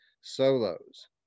solos